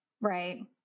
Right